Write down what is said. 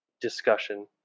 discussion